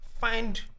find